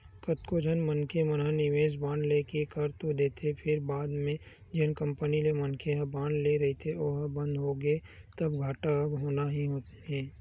कतको झन मनखे मन निवेस बांड लेके कर तो देथे फेर बाद म जेन कंपनी ले मनखे ह बांड ले रहिथे ओहा बंद होगे तब घाटा होना ही हे